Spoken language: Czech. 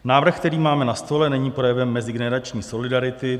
Návrh, který máme na stole, není projevem mezigenerační solidarity.